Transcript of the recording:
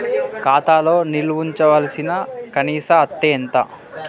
ఖాతా లో నిల్వుంచవలసిన కనీస అత్తే ఎంత?